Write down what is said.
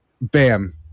bam